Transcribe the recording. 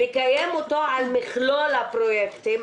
לקיים אותו על מכלול הפרויקטים,